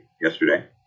yesterday